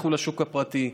לכו לשוק הפרטי.